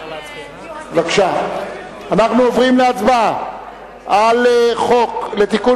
אנחנו עוברים להצבעה על הצעת חוק לתיקון